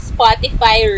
Spotify